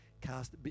Cast